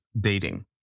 dating